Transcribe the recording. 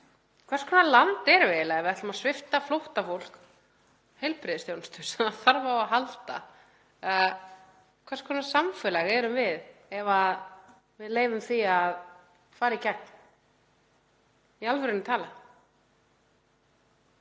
Hvers konar land erum við eiginlega ef við ætlum að svipta flóttafólk heilbrigðisþjónustu sem það þarf á að halda? Hvers konar samfélag erum við ef við leyfum því að fara í gegn, í alvörunni talað,